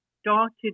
started